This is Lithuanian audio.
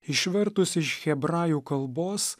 išvertus iš hebrajų kalbos